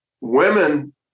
Women